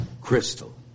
Crystal